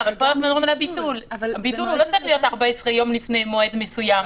לא מדובר פה רק בלהסדיר בתי עסק או מקומות עבודה לפי דיני עבודה.